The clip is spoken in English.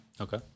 okay